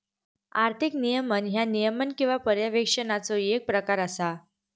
आर्थिक नियमन ह्या नियमन किंवा पर्यवेक्षणाचो येक प्रकार असा